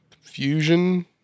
Fusion-